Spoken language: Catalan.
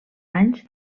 anys